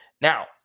Now